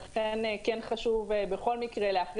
ולכן כן חשוב להכריע.